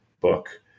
book